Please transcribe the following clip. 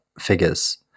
figures